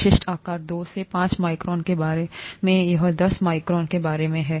विशिष्ट आकार दो से पांच माइक्रोन के बारे में यह दस माइक्रोन के बारे में है